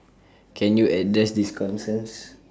can you address these concerns